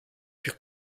più